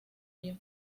ello